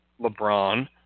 LeBron